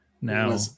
now